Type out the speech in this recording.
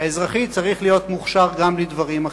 האזרחית צריך להיות מוכשר גם לדברים אחרים.